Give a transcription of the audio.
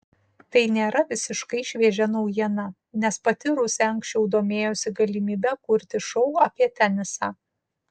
tai nėra visiškai šviežia naujiena nes pati rusė anksčiau domėjosi galimybe kurti šou apie tenisą